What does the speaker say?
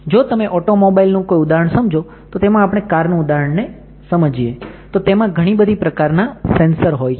જો તમે ઑટોમોબાઇલ નું કોઈ ઉદાહરણ સમજો તો તેમાં આપણે કાર નું ઉદાહરણ સમજીએ તો તેમાં ઘણી બધી પ્રકારના સેન્સર હોય છે